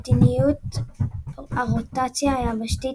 מדיניות הרוטציה היבשתית